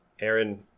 Aaron